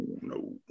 no